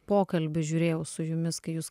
pokalbį žiūrėjau su jumis kai jūs